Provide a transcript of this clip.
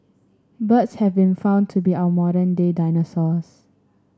birds have been found to be our modern day dinosaurs